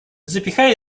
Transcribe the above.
запихай